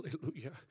hallelujah